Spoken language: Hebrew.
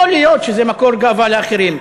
יכול להיות שזה מקור גאווה לאחרים,